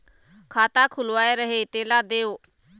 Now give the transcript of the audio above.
खाता खुलवाय रहे तेला देव?